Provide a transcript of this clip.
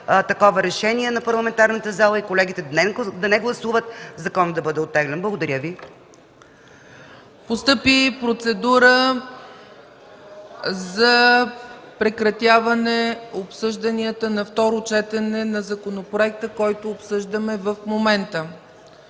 допуска решение на парламентарната зала и колегите да не гласуват законът да бъде оттеглен. Благодаря Ви. ПРЕДСЕДАТЕЛ ЦЕЦКА ЦАЧЕВА: Постъпи процедура за прекратяване обсъжданията на второ четене на законопроекта, който обсъждаме в момента.